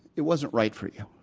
it wasn't right for you.